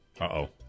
Uh-oh